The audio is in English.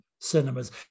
cinemas